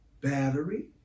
battery